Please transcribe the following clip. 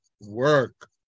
work